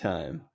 Time